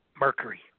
Mercury